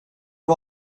att